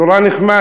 נורא נחמד.